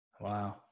Wow